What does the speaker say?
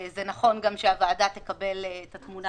זה נכון גם שהוועדה תקבל את התמונה